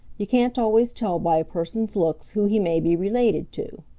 you can't always tell by a person's looks who he may be related to.